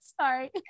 Sorry